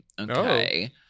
Okay